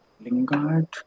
Lingard